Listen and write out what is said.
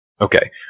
Okay